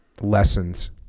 lessons